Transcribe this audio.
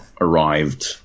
arrived